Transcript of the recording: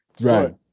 Right